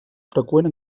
freqüent